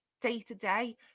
day-to-day